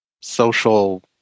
social